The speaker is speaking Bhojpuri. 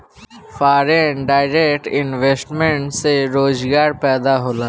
फॉरेन डायरेक्ट इन्वेस्टमेंट से रोजगार पैदा होला